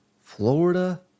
florida